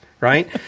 right